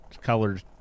colored